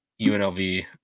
UNLV